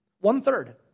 One-third